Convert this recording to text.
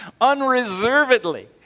unreservedly